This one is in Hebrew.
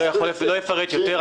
לא אפרט יותר,